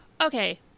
Okay